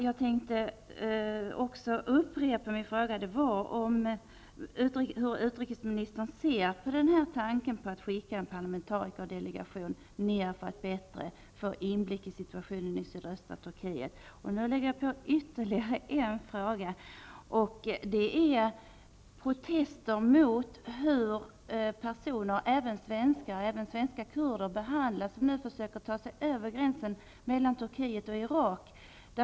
Jag vill upprepa min fråga om hur utrikesministern ser på tanken att skicka en parlamentarikerdelegation till sydöstra Turkiet för att få en bättre inblick i situationen där. Jag vill också ta upp de protester som har förekommit mot hur de personer, även svenska kurder, behandlas som försöker ta sig över gränsen mellan Turkiet och Irak.